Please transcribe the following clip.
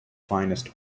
finest